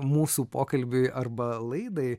mūsų pokalbiui arba laidai